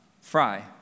fry